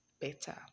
better